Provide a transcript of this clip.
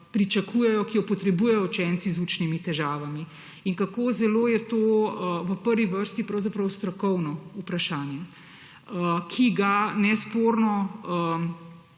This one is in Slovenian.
pričakujejo, ki jo potrebujejo učenci z učnimi težavami; in kako zelo je to v prvi vrsti pravzaprav strokovno vprašanje, ki ga nesporno